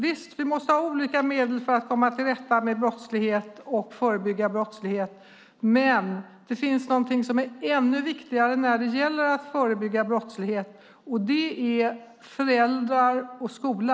Visst måste vi ha olika medel för att komma till rätta med brottslighet och förebygga brottslighet, men det finns någonting som är ännu viktigare när det gäller att förebygga brottslighet, och det är föräldrar och skola.